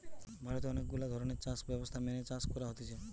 ভারতে অনেক গুলা ধরণের চাষ ব্যবস্থা মেনে চাষ করা হতিছে